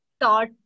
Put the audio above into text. thought